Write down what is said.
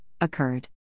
occurred